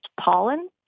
pollen